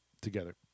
together